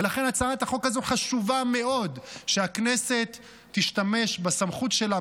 ולכן הצעת החוק הזאת חשובה מאוד שהכנסת תשתמש בסמכות שלה,